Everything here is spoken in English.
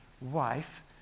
wife